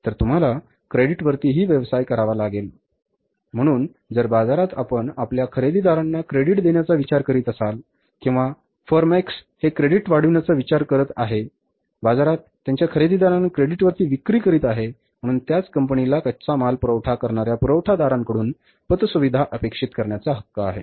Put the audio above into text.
तर तुम्हाला क्रेडिटवरही व्यवसाय करावा लागेल म्हणून जर बाजारात आपण आपल्या खरेदीदारांना क्रेडिट देण्याचा विचार करीत असाल किंवा फर्म एक्स हे क्रेडिट वाढविण्याचा विचार करीत आहेबाजारात त्यांच्या खरेदीदारांना क्रेडिटवर विक्री करीत आहे म्हणूनच त्याच कंपनीला कच्चा माल पुरवठा करणार्या पुरवठादारांकडून पत सुविधा अपेक्षित करण्याचा हक्क आहे